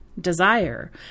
desire